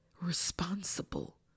responsible